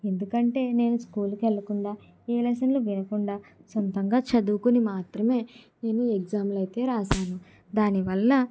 ఎందుకంటే నేను స్కూల్ కి వెళ్లకుండా ఏ లెస్సన్లు వినకుండా సొంతంగా చదువుకుని మాత్రమే నేను ఎగ్జామ్లు అయితే రాసాను దానివల్ల